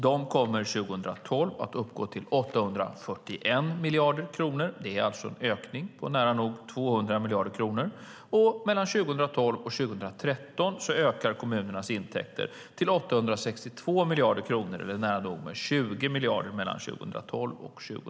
De kommer 2012 att uppgå till 841 miljarder kronor. Det är alltså en ökning med nära nog 200 miljarder kronor. Och mellan 2012 och 2013 ökar kommunernas intäkter till 862 miljarder kronor, eller med nära nog 20 miljarder.